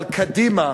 אבל קדימה